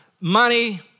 money